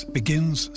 begins